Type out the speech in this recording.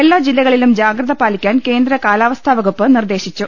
എല്ലാ ജില്ലകളിലും ജാഗ്രത പാലിക്കാൻ കേന്ദ്ര കാലാവസ്ഥാ വകുപ്പ് നിർദേശിച്ചു